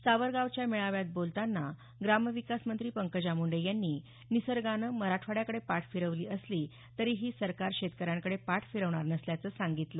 सावरगावच्या मेळाव्यात बोलतांना ग्रामविकास मंत्री पंकजा मुंडे यांनी निर्सगानं मराठवाड्याकडे पाठ फिरवली असली तरीही सरकार शेतकऱ्यांकडे पाठ फिरवणार नसल्याचं सांगितलं